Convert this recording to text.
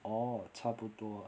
哦差不多啊